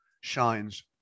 Shines